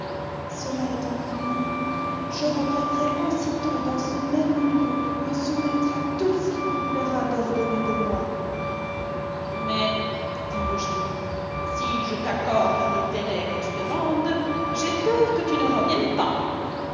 cela étant fini je reviendrai aussitôt dans ce même lieu me soumettre à tout ce qu'il vous plaira d'ordonner de moi mais dit le génie si je t'accorde le délai que tu demandes j'ai peur que tu ne reviennes pas